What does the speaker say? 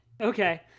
Okay